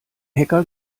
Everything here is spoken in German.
hacker